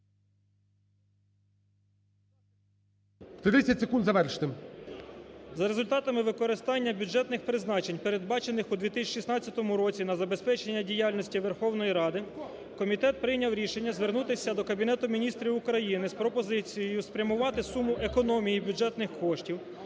30 секунд, завершити. ПИНЗЕНИК П.В. За результатами використання бюджетних призначень, передбачених у 2016 році на забезпечення діяльності Верховної Ради, комітет прийняв рішення звернутися до Кабінету Міністрів України з пропозицією спрямувати суму економії бюджетних коштів,